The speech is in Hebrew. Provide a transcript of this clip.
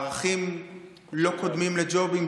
הערכים לא קודמים לג'ובים,